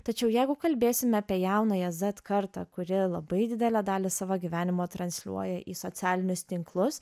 tačiau jeigu kalbėsime apie jaunąjį zet kartą kuri labai didelę dalį savo gyvenimo transliuoja į socialinius tinklus